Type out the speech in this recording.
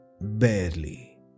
barely